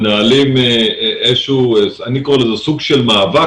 מנהלים איזשהו כך אני קורא לזה סוג של מאבק.